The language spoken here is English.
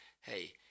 hey